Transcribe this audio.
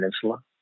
Peninsula